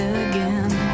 again